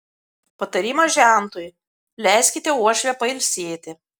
patarimas žentui leiskite uošvę pailsėti